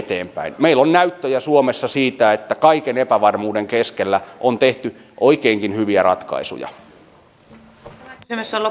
meillä on näyttöjä suomessa siitä että kaiken epävarmuuden keskellä on tehty oikeinkin hyviä ratkaisuja